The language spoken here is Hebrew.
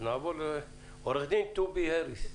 עו"ד טובי הריס.